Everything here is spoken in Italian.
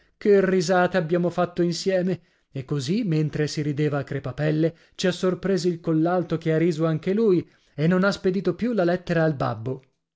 che risate abbiamo fatto insieme e così mentre si rideva a crepapelle ci ha sorpresi il collalto che ha riso anche lui e non ha spedito più la lettera al babbo